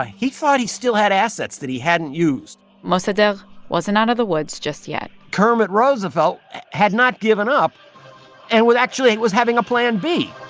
ah he thought he still had assets that he hadn't used mossadegh wasn't out of the woods just yet kermit roosevelt had not given up and would actually was having a plan b